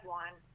one